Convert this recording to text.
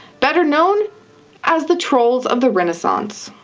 better known as the trolls of the renaissance.